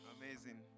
Amazing